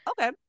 Okay